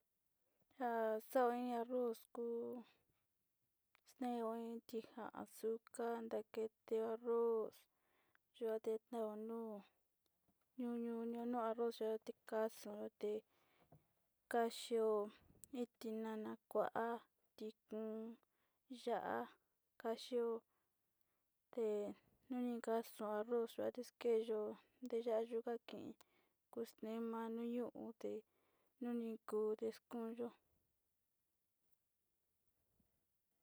Njan xaó iin arroz kuu keon iin xa'a azuca, njandakete arroz kuu tetao no'o ñuñu no'o arroz yua tikaxa te'e axio tinana kua ti ya'á, kaxio té nini ka'a arroz kuanrex kenyo'o teñuyuka ken kuxte manuu ñuu no'o ute nune kute konyó.